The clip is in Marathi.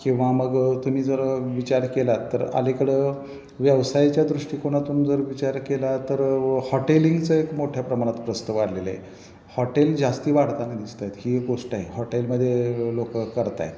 किंवा मग तुम्ही जर विचार केलात तर अलीकडं व्यवसायाच्या दृष्टिकोनातून जर विचार केला तर हॉटेलिंगचं एक मोठ्या प्रमाणात प्रस्त वाढलेलं आहे हॉटेल जास्ती वाढताना दिसतायत ही एक गोष्ट आहे हॉटेलमध्ये लोक करत आहेत